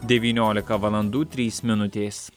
devyniolika valandų trys minutės